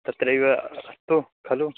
तत्रैव अस्ति खलु